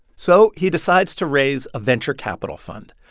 so he decides to raise a venture capital fund,